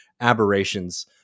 aberrations